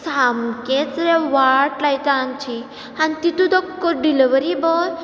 सामकेच रे वाट लायता आमची आनी तितून तो डिलिवरी बॉय